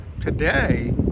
Today